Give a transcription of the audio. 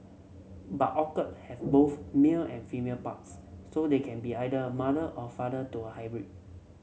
but orchid have both male and female parts so they can be either mother or father to a hybrid